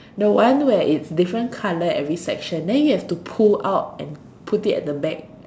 the one where it's different colour every section then you have to pull out and put it at the back